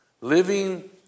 living